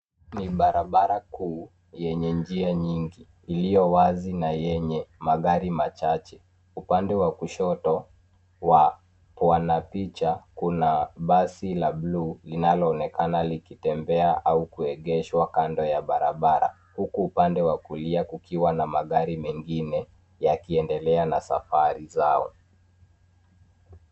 Ni barabara kuu yenye njia nyingi, iliyo wazi na yenye magari machache. Upande wa kushoto wa wana picha, kuna basi la bluu linaloonekana likitembea au kuegeshwa kando ya barabara, huku upande wa kulia kukiwa na magari mengine yakiendelea na safari zao.